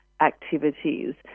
activities